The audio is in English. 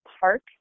park